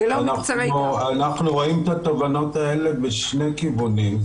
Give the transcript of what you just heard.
אנחנו רואים את התובנות האלה בשני כיוונים.